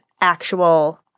actual